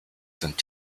sind